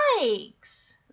yikes